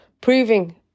proving